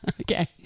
Okay